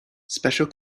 special